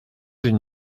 une